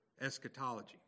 eschatology